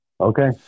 Okay